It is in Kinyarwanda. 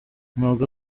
ntabwo